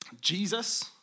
Jesus